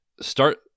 start